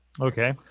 Okay